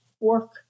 work